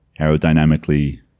aerodynamically